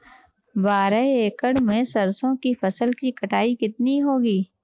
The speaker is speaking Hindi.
बारह एकड़ में सरसों की फसल की कटाई कितनी होगी?